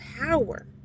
power